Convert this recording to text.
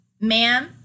ma'am